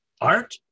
art